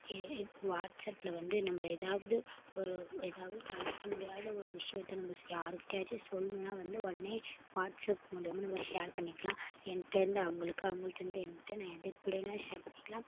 AA வாட்ஸ்அப்பில் வந்து நம்ப எதாவது ஒரு எதாவது தவிர்க்க முடியாத ஒரு விஷியத்தை நம்ப ஸ் யாருக்கிட்டையாச்சு சொல்ணும்னா வந்து உடனே வாட்ஸ்அப் மூலியமா நம்ம ஷேர் பண்ணிக்கலாம் என்கிட்ட இருந்து அவங்களுக்கு அவங்கள்டந்து என்கிட்ட நான் எது எப்படி வேணா ஷேர் பண்ணிக்கலாம்